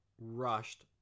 rushed